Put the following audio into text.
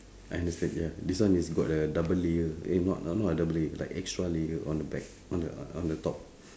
I understand ya this one is got a double layer eh not uh not a double layer like extra layer on the back on the on the top